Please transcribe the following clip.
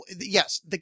yes